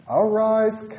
arise